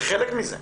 זה חלק מזה.